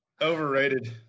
Overrated